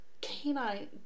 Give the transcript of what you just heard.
canine